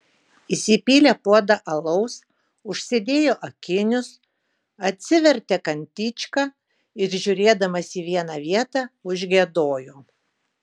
įsipylė puodą alaus užsidėjo akinius atsivertė kantičką ir žiūrėdamas į vieną vietą užgiedojo